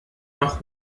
noch